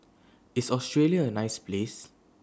IS Australia A nice Place